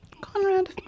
Conrad